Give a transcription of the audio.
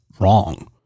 wrong